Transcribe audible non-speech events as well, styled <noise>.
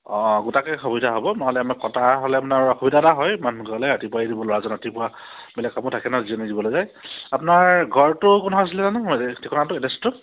অঁ গোটাকৈ সুবিধা হ'ব নহ'লে আমাৰ কটা হ'লে আপোনাৰ অসুবিধা এটা হয় <unintelligible> ৰাতিপুৱাই দিব ল'ৰাজন ৰাতিপুৱা বেলেগ কামো থাকে নহয় যিজনে দিবলৈ যায় আপোনাৰ ঘৰটো কোনডোখৰত আছিলে জানো এই ঠিকনাটো এড্ৰেছটো